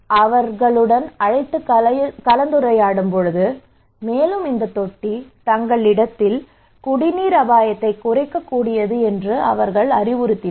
அவர் அவருடன் அழைத்து கலந்துரையாடினார் மேலும் இந்த தொட்டி தங்கள் இடத்தில் குடிநீர் அபாயத்தைக் குறைக்கக் கூடியது என்று அவர்கள் அறிவுறுத்தினர்